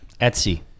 Etsy